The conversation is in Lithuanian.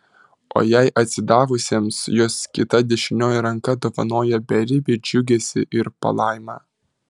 o jai atsidavusiems jos kita dešinioji ranka dovanoja beribį džiugesį ir palaimą